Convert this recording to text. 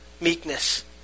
meekness